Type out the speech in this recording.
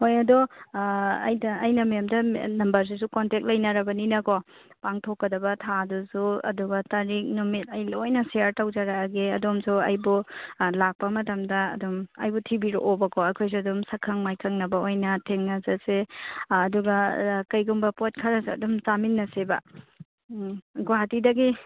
ꯍꯣꯏ ꯑꯗꯣ ꯑꯩꯅ ꯃꯦꯝꯗ ꯅꯝꯕꯔꯁꯤꯁꯨ ꯀꯣꯟꯇꯦꯛ ꯂꯩꯅꯔꯕꯅꯤꯅꯀꯣ ꯄꯥꯡꯊꯣꯛꯀꯗꯕ ꯊꯥꯗꯨꯁꯨ ꯑꯗꯨꯒ ꯇꯥꯔꯤꯛ ꯅꯨꯃꯤꯠ ꯑꯩ ꯂꯣꯏꯅ ꯁꯤꯌꯥꯔ ꯇꯧꯖꯔꯛꯂꯒꯦ ꯑꯗꯣꯝꯁꯨ ꯑꯩꯕꯨ ꯂꯥꯛꯄ ꯃꯇꯝꯗ ꯑꯗꯨꯝ ꯑꯩꯕꯨ ꯊꯤꯕꯤꯔꯛꯣꯕꯀꯣ ꯑꯩꯈꯣꯏꯁꯨ ꯑꯗꯨꯝ ꯁꯛꯈꯪ ꯃꯥꯏꯈꯪꯅꯕ ꯑꯣꯏꯅ ꯊꯦꯡꯅꯖꯁꯦ ꯑꯗꯨꯒ ꯀꯔꯤꯒꯨꯝꯕ ꯄꯣꯠ ꯈꯔꯁꯨ ꯑꯗꯨꯝ ꯆꯥꯃꯤꯟꯅꯁꯦꯕ ꯎꯝ ꯒꯨꯍꯥꯇꯤꯗꯒꯤ